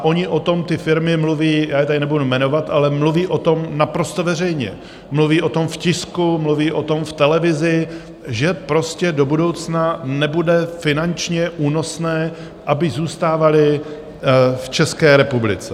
Ony o tom ty firmy mluví, já je tady nebudu jmenovat, ale mluví o tom naprosto veřejně, mluví o tom v tisku, mluví o tom v televizi, že prostě do budoucna nebude finančně únosné, aby zůstávaly v České republice.